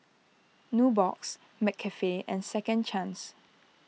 Nubox McCafe and Second Chance